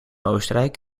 oostenrijk